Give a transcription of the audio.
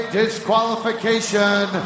disqualification